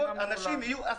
מתים.